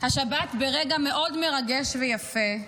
השבת, ברגע מאוד מרגש ויפה,